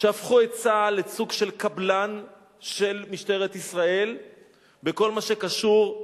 שהפכו את צה"ל לסוג של קבלן של משטרת ישראל בכל מה שקשור.